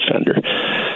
offender